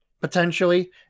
potentially